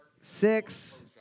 six